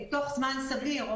תוך זמן סביר.